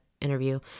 interview